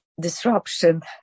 disruption